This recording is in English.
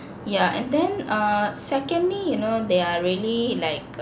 yeah and then err secondly you know they are really like